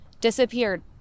disappeared